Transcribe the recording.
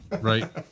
Right